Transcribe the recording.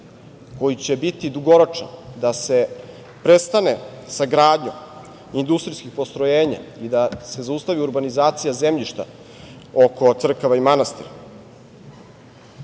koji će biti dugoročan, da se prestane sa gradnjom industrijskih postrojenja i da se zaustavi urbanizacija zemljišta oko crkava i manastira. Na